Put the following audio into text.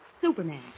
Superman